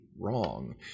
wrong